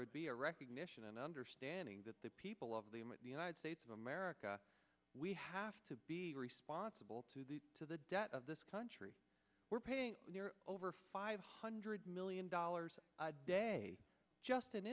would be a recognition and understanding that the people of the united states of america we have to be responsible to the to the debt of this country we're paying over five hundred million dollars a day just in